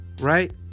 Right